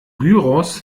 gyros